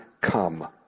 come